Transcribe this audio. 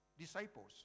disciples